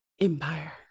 Empire